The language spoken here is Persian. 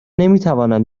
نمیتوانم